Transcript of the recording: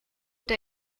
der